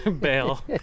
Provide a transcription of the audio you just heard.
bail